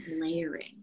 layering